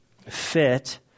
fit